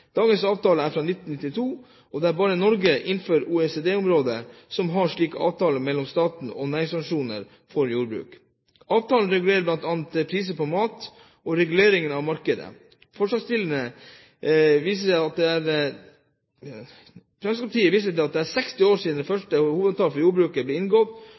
Dagens avtale er fra 1992. Det er bare Norge innenfor OECD-området som har en slik avtale mellom staten og næringsorganisasjoner for jordbruk. Avtalen regulerer bl.a. priser på mat og er en regulering av markedet. Fremskrittspartiet viser til at det er 60 år siden den første hovedavtalen for jordbruket ble inngått,